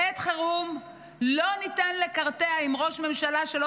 בעת חירום לא ניתן לקרטע עם ראש ממשלה שלא